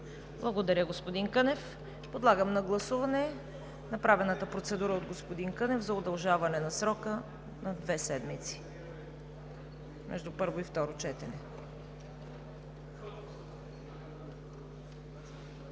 Благодаря, господин Кънев. Подлагам на гласуване направената процедура от господин Кънев за удължаване на срока между първо и второ четене